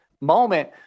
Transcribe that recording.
moment